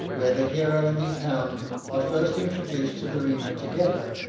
where the hero and his hound are first introduced to the reader together.